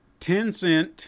Tencent